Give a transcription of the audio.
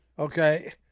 Okay